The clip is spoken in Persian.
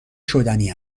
شدنی